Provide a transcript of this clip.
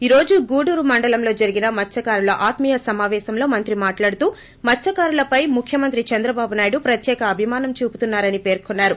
ఈ రోజు గూడూరు మండలంలో జరిగిన మత్స్కారుల ఆత్మీయ సమాపేశంలో మంత్రి మాట్లాడుతూ మత్స్కారులపై ముఖ్యమంత్రి చంద్రబాబు నాయుడు ప్రత్యేక అభిమానం చూపుతున్నారని పేర్కొన్నారు